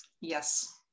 Yes